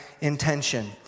intention